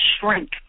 shrink